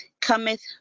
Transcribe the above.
cometh